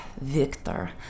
Victor